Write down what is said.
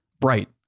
bright